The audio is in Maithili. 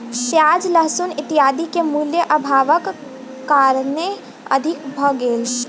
प्याज लहसुन इत्यादि के मूल्य, अभावक कारणेँ अधिक भ गेल